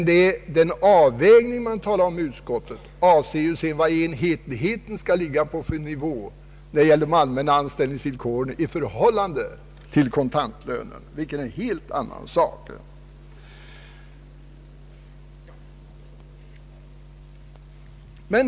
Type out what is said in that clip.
Den avvägning man talar om i utskottet avser vilken nivå enhetligheten skall ligga på när det gäller de allmänna anställningsvillkoren i förhållande till kontantlönen, vilket är en helt annan sak.